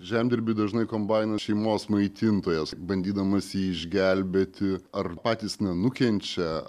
žemdirbiui dažnai kombainas šeimos maitintojas bandydamas jį išgelbėti ar patys nenukenčia